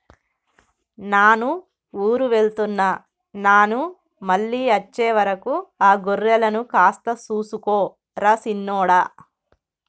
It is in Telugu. నాను ఊరు వెళ్తున్న నాను మళ్ళీ అచ్చే వరకు ఆ గొర్రెలను కాస్త సూసుకో రా సిన్నోడా